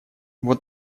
вот